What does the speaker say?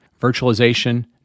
virtualization